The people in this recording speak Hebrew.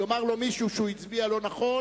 יאמר לו מישהו שהוא הצביע לא נכון,